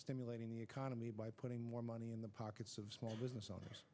stimulating the economy by putting more money in the pockets of small business owners